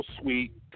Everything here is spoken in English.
suite